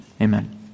amen